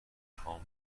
هام